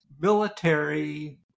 military